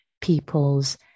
people's